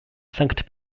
sankt